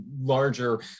larger